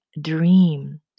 dream